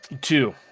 two